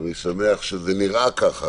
אני שמח שזה נראה ככה,